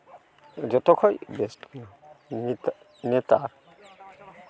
ᱡᱚᱛᱚ ᱠᱷᱚᱡ ᱵᱮᱥᱴ ᱜᱮᱭᱟ ᱱᱤᱛᱟᱜ ᱱᱤᱛᱟᱜ